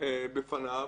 בפניו